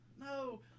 No